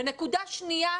ונקודה שנייה,